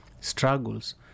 struggles